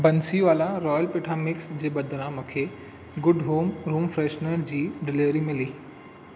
Bansiwala royal petha mix जे बदिरां मूंखे गुड होम रूम फ्रेशनर जी डिलीवरी मिली